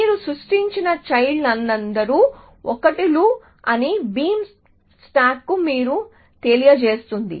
మీరు సృష్టించిన చైల్డ్ లందరూ 1 లు అని బీమ్ స్టాక్ మీకు తెలియజేస్తుంది